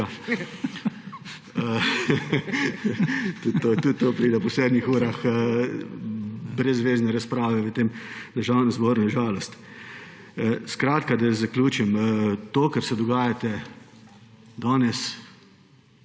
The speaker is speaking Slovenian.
Tudi to pride po sedmih urah brezvezne razprave v tem Državnem zboru je žalost. Skratka, da zaključim. To kar se dogaja danes,